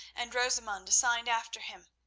and rosamund signed after him,